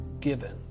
given